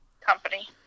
Company